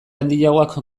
handiagoak